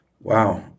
Wow